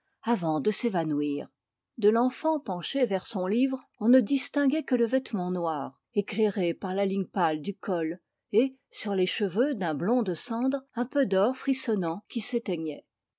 avant de s'évanouir de l'enfant penché vers son livre on ne distinguait que le vêtement noir éclairé par la ligne pâle du col et sur les cheveux d'un blond de cendre un peu d'or frissonnant qui s'éteignait